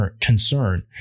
concern